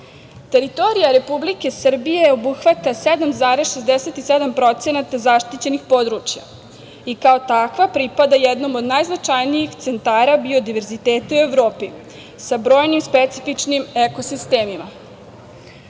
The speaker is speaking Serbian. prirode. Teritorija Republike Srbije obuhvata 7,67% zaštićenih područja i kao takva pripada jednom od najznačajnijih centara biodiverziteta u Evropi sa brojnim specifičnim ekosistemima.